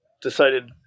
decided